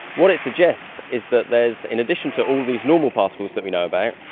what it suggests is that there's, in addition to all these normal particles that we know about,